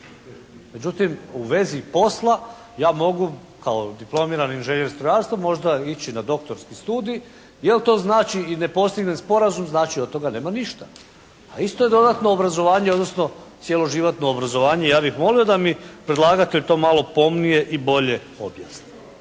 Međutim, u vezi posla ja mogu kao diplomirani inženjer strojarstva možda ići na doktorski studij jer to znači i nepostignut sporazum. Znači od toga nema ništa, a isto je dodatno obrazovanje, odnosno cjeloživotno obrazovanje i ja bih molio da mi predlagatelj to malo pomnije i bolje objasni.